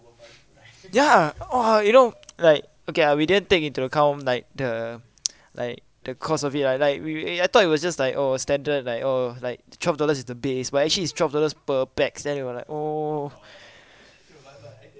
ya !wah! you know like okay lah we didn't take into account like the like the cost of it ya like we thought it was just like oh standard like oh like twelve dollars is the base but actually is twelve dollars per pax then we were like oh